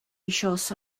eisoes